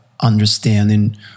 understanding